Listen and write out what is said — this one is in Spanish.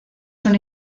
son